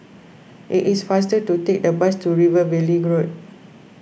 it is faster to take the bus to River Valley Groad